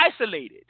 isolated